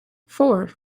four